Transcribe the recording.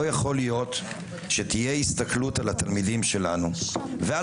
לא יכול להיות שתהיה הסתכלות על התלמידים שלנו ועל